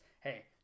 hey